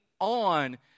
on